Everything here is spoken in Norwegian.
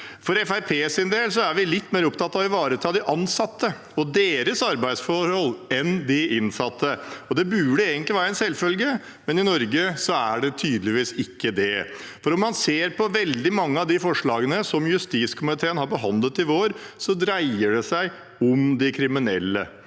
del er vi litt mer opptatt av å ivareta de ansatte og deres arbeidsforhold enn de innsatte. Det burde egentlig være en selvfølge, men i Norge er det tydeligvis ikke det. Når man ser på veldig mange av de forslagene som justiskomiteen har behandlet i vår, dreier det seg om de kriminelle